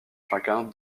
chacun